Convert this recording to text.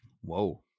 Whoa